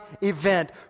event